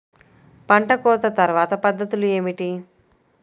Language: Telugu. పంట కోత తర్వాత పద్ధతులు ఏమిటి?